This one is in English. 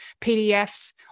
pdfs